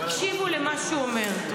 תקשיבו למה שהוא אומר.